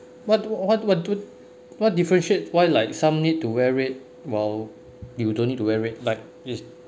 what what what what what differentiates why like some need to wear it while you don't need to wear red like this